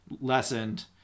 lessened